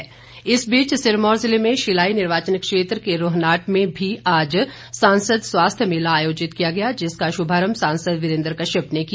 वीरेन्द्र कश्यप इस बीच सिरमौर ज़िले में शिलाई निर्वाचन क्षेत्र के रोनहाट में भी आज सांसद स्वास्थ्यय मेला आयोजित किया गया जिसका शुभारंभ सांसद वीरेन्द्र कश्यप ने किया